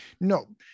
No